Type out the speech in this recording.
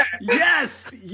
Yes